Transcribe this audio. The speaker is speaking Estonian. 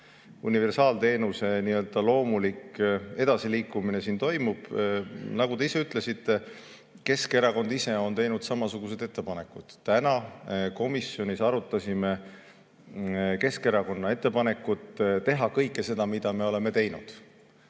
universaalteenuse nii-öelda loomulik edasiliikumine. Nagu te ise ütlesite, on Keskerakond teinud samasugused ettepanekud. Täna komisjonis arutasime Keskerakonna ettepanekut teha kõike seda, mida me oleme teinud,